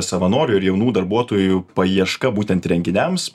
savanorių ir jaunų darbuotojų paieška būtent renginiams